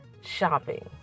shopping